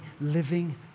living